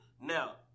Now